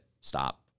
stop